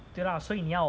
对 lah 所以你要